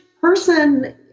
person